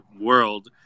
world